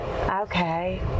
Okay